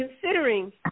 considering